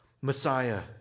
Messiah